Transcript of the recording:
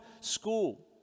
school